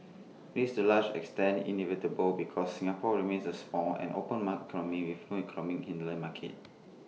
this to A large extent inevitable because Singapore remains A small and open mark economy with no economic hinterland market